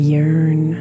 yearn